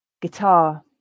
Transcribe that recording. guitar